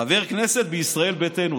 חבר כנסת מישראל ביתנו.